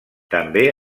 també